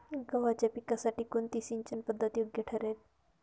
गव्हाच्या पिकासाठी कोणती सिंचन पद्धत योग्य ठरेल?